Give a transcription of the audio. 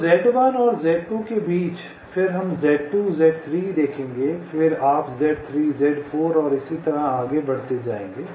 तो Z1 और Z2 के बीच फिर हम Z2 Z3 देखेंगे फिर आप Z3 Z4 और इसी तरह देखेंगे